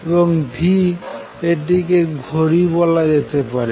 এবং ν এটিকে ঘড়ি বলা যেতে পারে